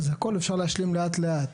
הכל אפשר להשלים לאט לאט,